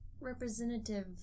representative